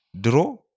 draw